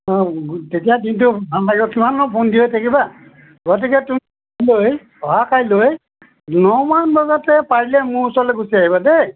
অঁ তেতিয়া দিনটো ভাল লাগিব কিমাননো বন্দী হৈ থাকিবা গতিকে লৈ অহা কাইলৈ নমান বজাতে পাৰিলে মোৰ ওচৰলৈ গুচি আহিবা দেই